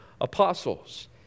apostles